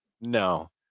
No